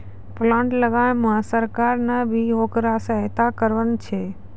plant लगाय मॅ सरकार नॅ भी होकरा सहायता करनॅ छै